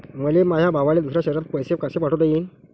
मले माया भावाले दुसऱ्या शयरात पैसे कसे पाठवता येईन?